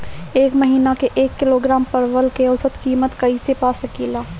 एक महिना के एक किलोग्राम परवल के औसत किमत कइसे पा सकिला?